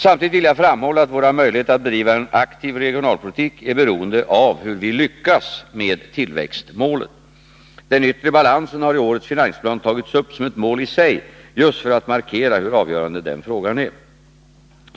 Samtidigt vill jag framhålla att våra möjligheter att bedriva en aktiv regionalpolitik är beroende av hur vi lyckas med tillväxtmålet. Den yttre balansen har i årets finansplan tagits upp som ett mål i sig just för att markera hur avgörande denna fråga är.